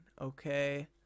okay